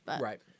Right